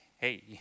hey